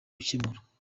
ukemura